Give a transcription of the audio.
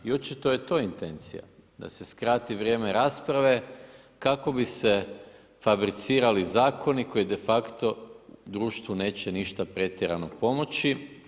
I očito je to intencija da se skrati vrijeme rasprave kako bi se fabricirali zakoni koji de facto društvu neće ništa pretjerano pomoći.